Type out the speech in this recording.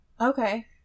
Okay